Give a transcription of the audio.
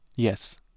Yes